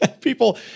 People